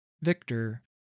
Victor